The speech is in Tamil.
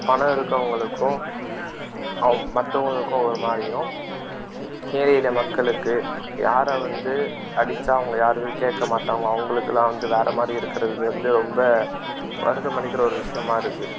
பணம் இருக்கறவங்களுக்கும் மற்றவங்களுக்கும் ஒரு மாதிரியும் ஏழை எளிய மக்களுக்கு யாரை வந்து அடித்தா அவங்களை யாரும் கேட்க மாட்டாங்களோ அவங்களுக்கெல்லாம் வந்து வேறு மாதிரி இருக்கிறது வந்து ரொம்ப வருத்தம் அளிக்கிற ஒரு விஷயமாக இருக்குது